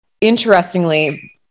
interestingly